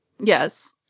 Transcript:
yes